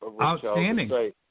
Outstanding